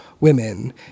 women